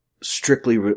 strictly